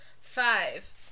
five